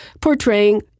portraying